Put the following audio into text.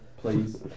please